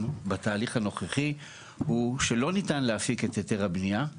בתהליך הנוכחי הוא שלא ניתן להפיק את היתר הבניה,